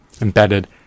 embedded